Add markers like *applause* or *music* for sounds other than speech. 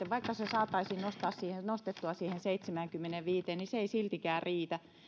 *unintelligible* vaikka työllisyysaste saataisiin nostettua siihen seitsemäänkymmeneenviiteen se ei siltikään riitä